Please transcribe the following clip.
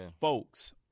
Folks